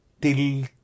till